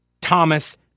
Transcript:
Thomas